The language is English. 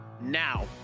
now